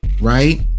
Right